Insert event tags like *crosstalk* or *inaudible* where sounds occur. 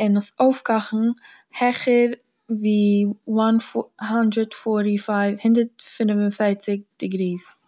און עס אויפקאכן העכער ווי *unintelligible* הונדערט פינף און פערציג דעגריס,